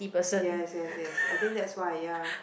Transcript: yes yes yes I think that's why ya